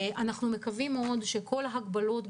אנחנו מקווים מאוד שכל ההגבלות,